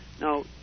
No